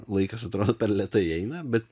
laikas atrodo per lėtai eina bet